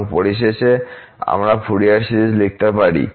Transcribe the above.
এবং পরিশেষে আমরা ফুরিয়ার সিরিজ লিখতে পারি